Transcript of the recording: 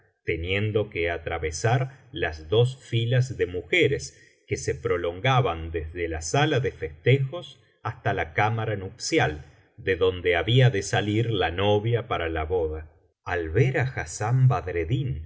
teniendo que atravesar las dos filas de mujeres que se prolongaban desde la sala ele festejos hasta la cámara nupcial de donde había de salir la novia para la boda al ver a hassán badreddin y